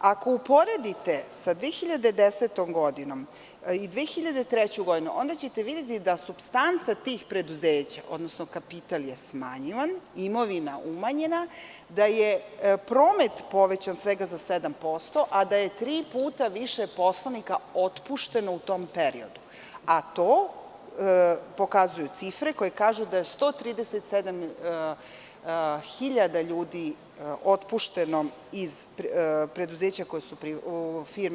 Ako uporedite sa 2010. godinom i 2003. godinu, onda ćete videti da supstanca tih preduzeća, odnosno kapital je smanjivan, imovina umanjena, da je promet povećan svega za 7%, a da je tri puta više poslanika otpušteno u tom periodu, a to pokazuju cifre koje kažu da je 137.000 ljudi otpušteno iz firmi koje su